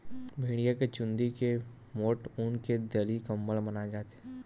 भेड़िया के चूंदी के मोठ ऊन के दरी, कंबल बनाए जाथे